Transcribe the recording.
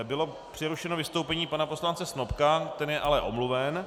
Bylo přerušeno vystoupení pana poslance Snopka, ten je ale omluven.